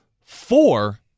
four